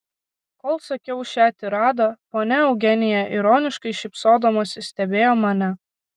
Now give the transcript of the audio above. kol sakiau šią tiradą ponia eugenija ironiškai šypsodamasi stebėjo mane